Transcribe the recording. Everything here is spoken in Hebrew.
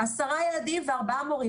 עשרה ילדים וארבעה מורים.